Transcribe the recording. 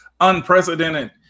unprecedented